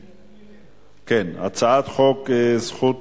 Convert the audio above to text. הצעת חוק זכות